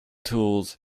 tools